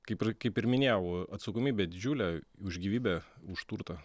kaip ir kaip ir minėjau atsakomybė didžiulė už gyvybę už turtą